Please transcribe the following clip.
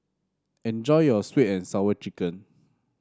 enjoy your sweet and Sour Chicken